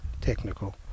technical